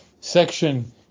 section